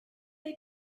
they